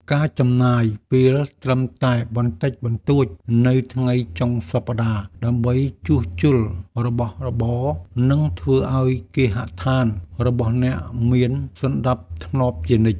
ការចំណាយពេលត្រឹមតែបន្តិចបន្តួចនៅថ្ងៃចុងសប្តាហ៍ដើម្បីជួសជុលរបស់របរ នឹងធ្វើឱ្យគេហដ្ឋានរបស់អ្នកមានសណ្តាប់ធ្នាប់ជានិច្ច។